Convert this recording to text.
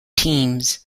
teams